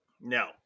No